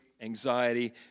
anxiety